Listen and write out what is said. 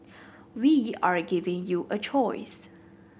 we are giving you a choice